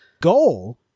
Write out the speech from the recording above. goal